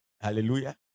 Hallelujah